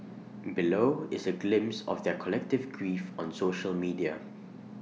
below is A glimpse of their collective grief on social media